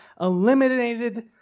eliminated